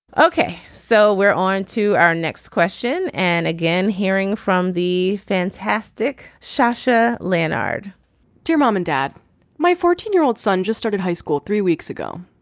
ok so we're on to our next question and again hearing from the fantastic sasha lennard dear mom and dad my fourteen year old son just started high school three weeks ago.